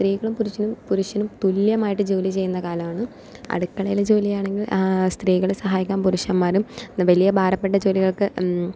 സ്ത്രീകളും പുരുഷനും തുല്യമായിട്ട് ജോലിചെയ്യുന്ന കാലമാണ് അടുക്കളയിലെ ജോലിയാണെങ്കിൽ സ്ത്രീകളെ സഹായിക്കാൻ പുരുഷന്മാരും വലിയ ഭാരപ്പെട്ട ജോലികൾക്ക്